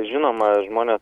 žinoma žmonės